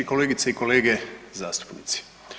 Kolegice i kolege zastupnici.